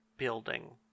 building